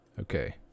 okay